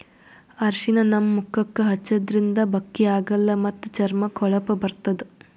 ಅರ್ಷಿಣ ನಮ್ ಮುಖಕ್ಕಾ ಹಚ್ಚದ್ರಿನ್ದ ಬಕ್ಕಿ ಆಗಲ್ಲ ಮತ್ತ್ ಚರ್ಮಕ್ಕ್ ಹೊಳಪ ಬರ್ತದ್